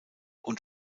und